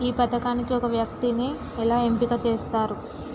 ఈ పథకానికి ఒక వ్యక్తిని ఎలా ఎంపిక చేస్తారు?